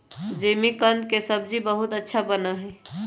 जिमीकंद के सब्जी बहुत अच्छा बना हई